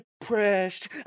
depressed